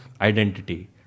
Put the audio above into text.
identity